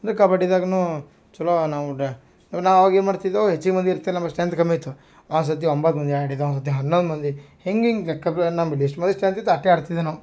ಅದೆ ಕಬಡ್ಡಿದಾಗ ಚಲೋ ನಾವು ಡ ಆಗ ನಾವು ಅವಾಗ ಏನು ಮಾಡ್ತಿದ್ದೋ ಹೆಚ್ಚಿಗೆ ಮಂದಿ ಇರ್ತಿಲ್ಲ ನಮಗ್ ಸ್ಟ್ರೆಂತ್ ಕಮ್ಮಿ ಇತ್ತು ಒನ್ಸತಿ ಒಂಬತ್ತು ಮಂದಿ ಆಡಿದ ಒನ್ಸತಿ ಹನ್ನೊಂದು ಮಂದಿ ಹಿಂಗಿಂಗೆ ಯಾಕೆ ಬಿ ನಮ್ದು ಎಷ್ಟು ಮಂದಿ ಚಂದ ಇತ್ತು ಅಷ್ಟೆ ಆಡ್ತಿದ್ದಿವಿ ನಾವು